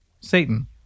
Satan